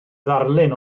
ddarlun